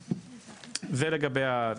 זה לגבי זה.